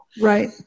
right